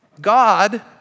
God